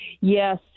Yes